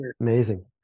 Amazing